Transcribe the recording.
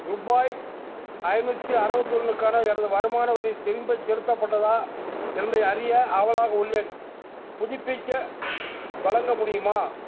ரூபாய் ஐந்நூற்றி அறுவத்தி ஒன்றுக்கான எனது வருமான வரி திரும்பச் செலுத்தப்பட்டதா என்பதை அறிய ஆவலாக உள்ளேன் புதுப்பிக்க வழங்க முடியுமா